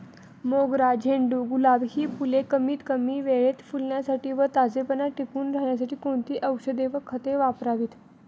मोगरा, झेंडू, गुलाब हि फूले कमीत कमी वेळेत फुलण्यासाठी व ताजेपणा टिकून राहण्यासाठी कोणती औषधे व खते वापरावीत?